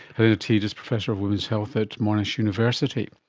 helena teede is professor of women's health at monash university